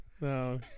no